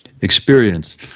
experience